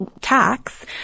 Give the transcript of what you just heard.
tax